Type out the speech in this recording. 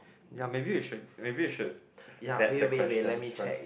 ya maybe you should maybe you should that the questions first